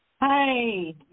Hi